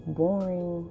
boring